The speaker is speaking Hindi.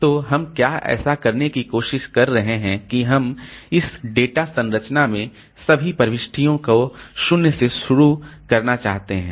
तो हम क्या ऐसा करने की कोशिश कर रहे हैं कि हम इस डेटा संरचना में सभी प्रविष्टियों को 0 से शुरू करना चाहते हैं